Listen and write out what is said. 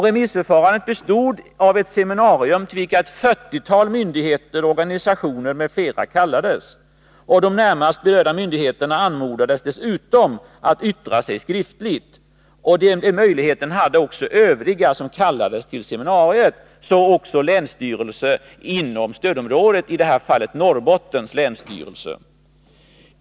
Remissförfarandet bestod av ett seminarium, till vilket ett fyrtiotal myndigheter, organisationer m.fl. kallades. De närmast berörda myndigheterna anmodades dessutom att yttra sig skriftligt. Denna möjlighet hade också övriga som kallades till seminariet, så också länsstyrelser inom stödområdet, i detta fall Norrbottens länsstyrelse.